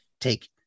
take